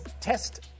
test